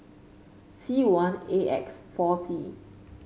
C one A X four T